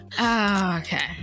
Okay